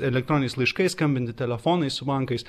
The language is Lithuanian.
elektroniniais laiškais skambinti telefonais su bankais